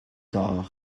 tard